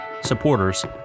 supporters